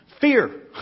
fear